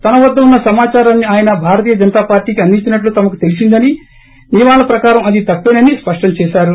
తన వద్ద ఉన్న సమాదారాన్ని ఆయన భారతీయ జనతా పార్టీకి అందించినట్లు తమకు తెలిసిందని నియమాల ప్రకారం అది తప్పేనని స్పష్టం చేశారు